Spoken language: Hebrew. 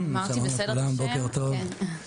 בוקר טוב.